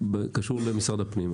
קשור למשרד הפנים.